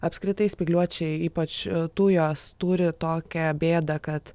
apskritai spygliuočiai ypač tujos turi tokią bėdą kad